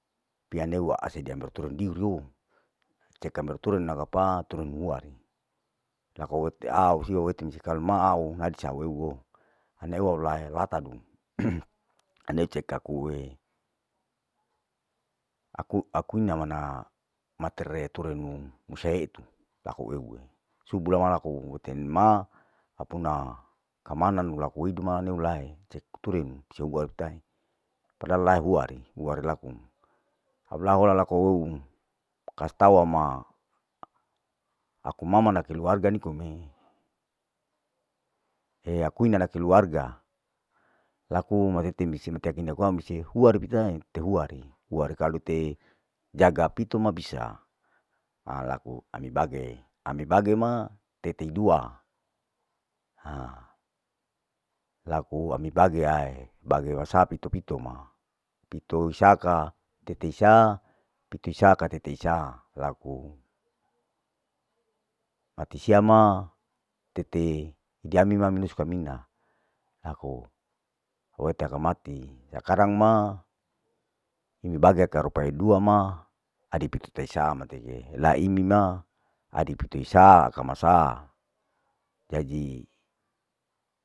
Pia neu wase diamber turun diu riu, icer kamer turun nagapa turun huari, laku au wete au siu wete misi kalau maa au adi saa weu woo, ana eu wae latanu, anei cek akue, aku aku ina manaa, matire turinu musai etu laku euwe subu lama laku itel ma au puna kamananu laku itei hidop mane hulae, cek turenu seu watahe, padahal laeng huari, huari laku au lahola laku hounu wakastau hama aku mama na keluarga nikome, heaku ina na keluarga, laku matete misie matea iaku niame siu huari pitae, ite huari, huari kalu ite jaga pito ma bisa, alaku ami bage, ami bage ima teteidua, ha laku ami bage ai bage sapi topito ma, pito saka teteisa pitei saka teteisaa, aku mati siama, tete hidiami ma minusu kamina, laku awete aka mati, sakarang ma imi bage ka rupai dua ma adi pito teisa mateke, ilai imi ma adipito misaa aka masaa jadi.